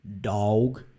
Dog